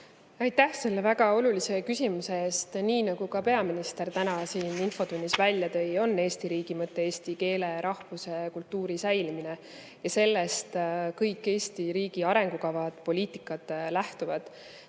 Aitäh selle väga olulise küsimuse eest! Nii nagu ka peaminister täna siin infotunnis välja tõi, on Eesti riigi mõte eesti keele, rahvuse ja kultuuri säilimine ja sellest kõik Eesti riigi arengukavad ja poliitikad lähtuvad.